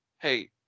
Hey